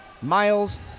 Miles